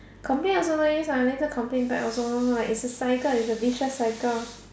complaint also no use one later complaint back also like it's a cycle it's a vicious cycle